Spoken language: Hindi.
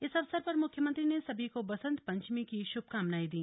इस अवसर पर मुख्यमंत्री ने सभी को बसंत पंचमी की शुभकामनायें दी